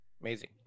Amazing